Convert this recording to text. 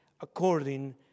according